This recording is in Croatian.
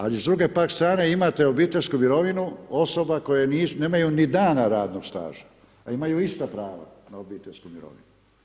Ali s druge pak strane imate obiteljsku mirovinu osoba koje nemaju ni dana radnog staža, a imaju ista prava na obiteljsku mirovinu.